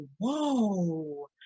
whoa